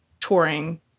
touring